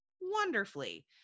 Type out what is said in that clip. wonderfully